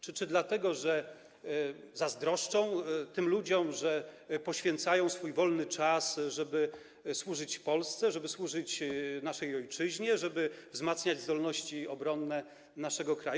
Czy dlatego, że zazdroszczą tym ludziom, że poświęcają swój wolny czas, żeby służyć Polsce, żeby służyć naszej ojczyźnie, żeby wzmacniać zdolności obronne naszego kraju?